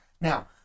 Now